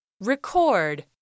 Record